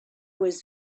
was